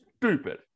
stupid